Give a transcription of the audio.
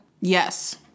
Yes